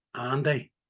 Andy